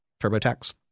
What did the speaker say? TurboTax